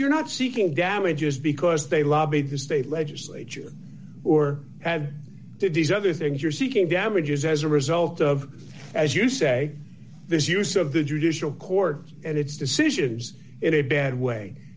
you're not seeking damages because they lobbied the state legislature or did these other things you're seeking damages as a result of as you say this use of the judicial court and its decisions in a bad way